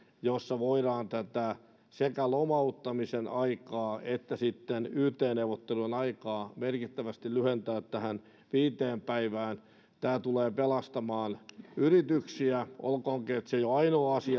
joilla voidaan sekä lomauttamisen aikaa että sitten yt neuvottelujen aikaa merkittävästi lyhentää tähän viiteen päivään tämä tulee pelastamaan yrityksiä olkoonkin että se ei ole ainoa asia